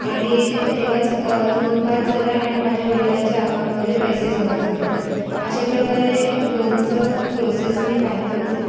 आणि तेव्हाच loan pass झालं आणि माझ्या वडिलांच्या अकाउंटमध्ये पैसे जमा झाले अशा प्रकारे लोणचं प्रोसेस मी पाहिले होते